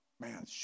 man